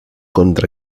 contra